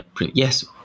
yes